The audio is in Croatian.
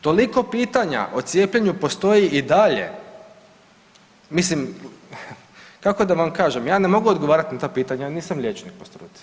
Toliko pitanja o cijepljenju postoji i dalje, mislim kako da vam kažem ja ne mogu odgovarat na ta pitanja, ja nisam liječnik po struci.